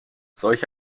solch